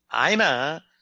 Aina